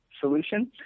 solution